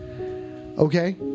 Okay